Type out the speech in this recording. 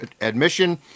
admission